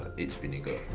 aged vinegar!